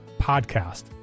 podcast